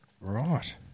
right